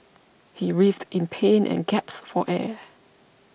he writhed in pain and gasped for air